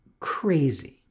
crazy